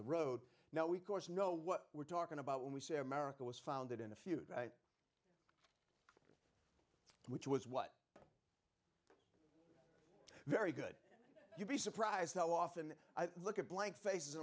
the road now we course know what we're talking about when we say america was founded in a feud which was what very good you'd be surprised how often i look at blank faces